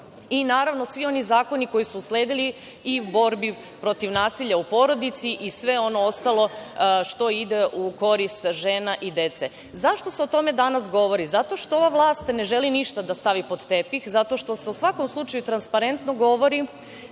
Naravno, svi oni zakoni koji su usledili i borbi protiv nasilja u porodici i sve ono ostalo što ide u korist žena i dece.Zašto se o tome danas govori? Zato što ova vlast ne želi ništa da stavi pod tepih. Zato što se u svakom slučaju transparentno govori.